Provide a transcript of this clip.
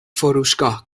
فروشگاه